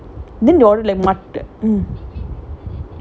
then like isn't it more expensive to buy eight like three six